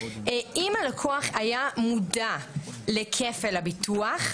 אם הלקוח היה מודע לכפל הביטוח,